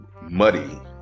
muddy